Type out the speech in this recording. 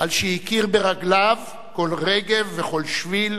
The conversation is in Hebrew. על שהכיר ברגליו כל רגב וכל שביל,